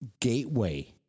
gateway